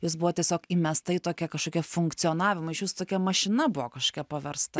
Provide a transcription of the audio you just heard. jūs buvot tiesiog įmesta į tokią kažkokią funkcionavimą iš jūsų tokia mašina buvo kažkokia paversta